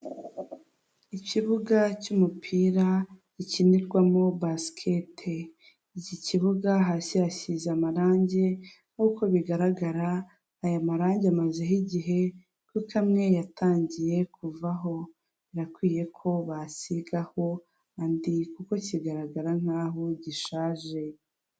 Ikibuga cy'umupira gikinirwamo basikete, iki kibuga hasi hasize amarange nkuko bigaragara aya marange amazeho igihe kuko amwe yatangiye kuvaho birakwiye ko basigaho andi kuko kigaragara nkaho gishaje.